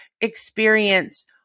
experience